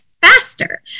faster